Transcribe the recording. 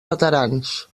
veterans